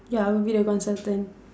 ya I will be the consultant